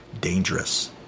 dangerous